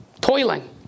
toiling